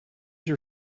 your